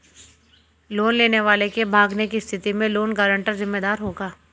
loan लेने वाले के भागने की स्थिति में लोन गारंटर जिम्मेदार होगा